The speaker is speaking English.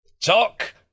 Talk